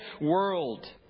world